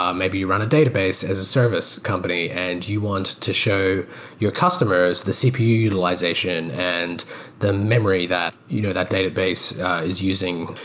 um maybe you run a database as a service company and you want to show your customers the cpu utilization and the memory that you know that database is using,